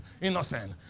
innocent